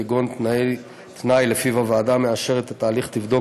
כגון תנאי שלפיו הוועדה המאשרת את ההליך תבדוק